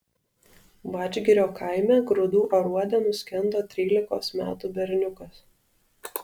vadžgirio kaime grūdų aruode nuskendo trylikos metų berniukas